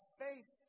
faith